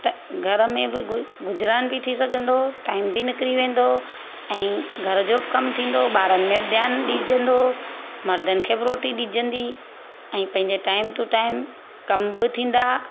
घर में बि गुज़रानि जी थी सघंदो टाइम बि निकिरी वेंदो ऐं घर जो कमु थींदो ॿारनि में बि ध्यानु ॾीजंदो मर्दनि खे बि रोटी ॾीजंदी ऐं पंहिंजे टाइम टू टाइम कम बि थींदा